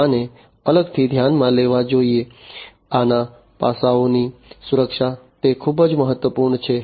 આને અલગથી ધ્યાનમાં લેવા જોઈએ આના પાસાઓની સુરક્ષા તે ખૂબ જ મહત્વપૂર્ણ છે